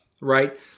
Right